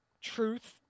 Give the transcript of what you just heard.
truth